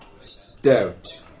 Stout